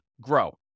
grow